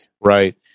Right